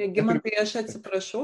regimantai aš atsiprašau